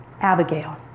abigail